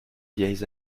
vieilles